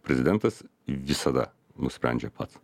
prezidentas visada nusprendžia pats